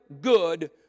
good